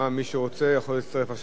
מי שרוצה יכול להצטרף עכשיו.